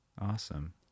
Awesome